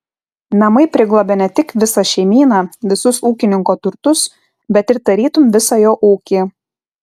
namai priglobia ne tik visą šeimyną visus ūkininko turtus bet ir tarytum visą jo ūkį